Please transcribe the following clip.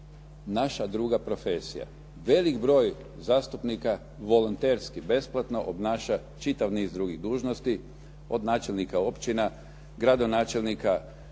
naša druga profesija. Veliki broj zastupnika volonterski besplatno obnaša čitav niz drugih dužnosti od načelnika općina, gradonačelnika,